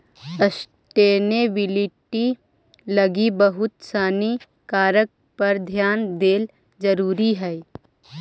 sustainability लगी बहुत सानी कारक पर ध्यान देला जरुरी हई